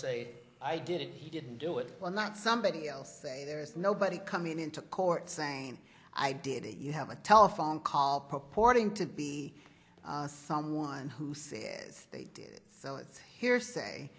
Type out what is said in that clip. say i did it he didn't do it well not somebody else say there's nobody coming into court saying i did it you have a telephone call purporting to be someone who said they did so it's hearsay